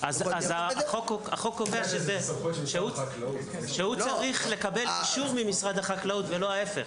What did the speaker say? אז --- החוק מורה על האדם לקבל את האישור ממשרד החקלאות ולא ההפך.